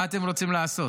מה אתם רוצים לעשות?